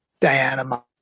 Diana